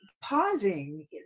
pausing